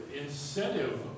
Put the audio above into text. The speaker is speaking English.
incentive